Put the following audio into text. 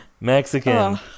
mexican